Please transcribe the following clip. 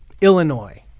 Illinois